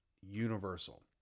Universal